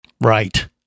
Right